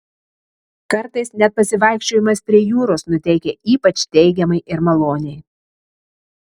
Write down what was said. kartais net pasivaikščiojimas prie jūros nuteikia ypač teigiamai ir maloniai